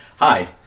Hi